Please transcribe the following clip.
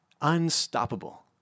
unstoppable